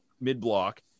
mid-block